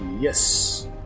Yes